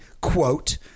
quote